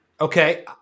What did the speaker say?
Okay